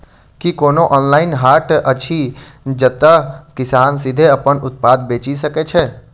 की कोनो ऑनलाइन हाट अछि जतह किसान सीधे अप्पन उत्पाद बेचि सके छै?